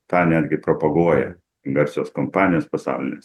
tą netgi propaguoja garsios kompanijos pasaulinės